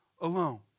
alone